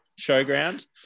showground